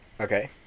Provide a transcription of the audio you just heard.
Okay